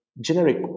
generic